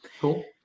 Cool